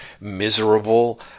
miserable